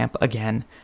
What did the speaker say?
again